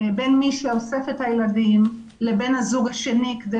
בין מי שאוסף את הילדים לבן הזוג השני כדי